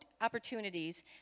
opportunities